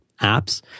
apps